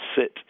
sit